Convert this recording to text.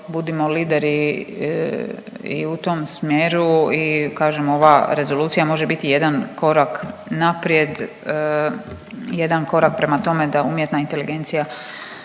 budimo lideri i u tom smjeru i kažem ova rezolucija može biti jedan korak naprijed, jedan korak prema tome da umjetna inteligencija